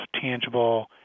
tangible